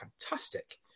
fantastic